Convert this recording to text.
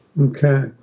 okay